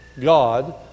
God